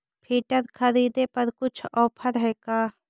Filter खरिदे पर कुछ औफर है का?